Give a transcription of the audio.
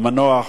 המנוח,